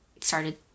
started